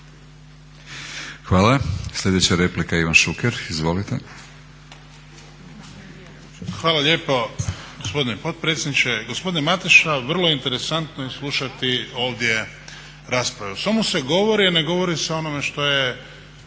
Hvala. Sljedeća replika, Ivan Šuker. Izvolite. **Šuker, Ivan (HDZ)** Hvala lijepo gospodine potpredsjedniče. Gospodine Mateša vrlo interesantno je slušati ovdje rasprave. O svemu se govori, a ne govori se o onome što je